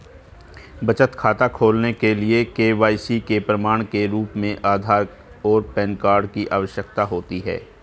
बचत खाता खोलने के लिए के.वाई.सी के प्रमाण के रूप में आधार और पैन कार्ड की आवश्यकता होती है